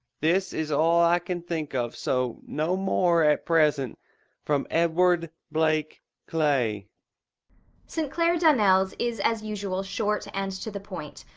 this is oll i can think of so no more at present from edward blake clay st. clair donnell's is, as usual, short and to the point.